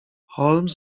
holmes